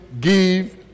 give